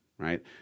Right